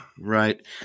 Right